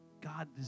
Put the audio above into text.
God